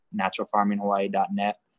naturalfarminghawaii.net